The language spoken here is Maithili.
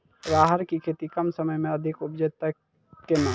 राहर की खेती कम समय मे अधिक उपजे तय केना?